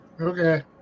Okay